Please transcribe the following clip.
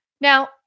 Now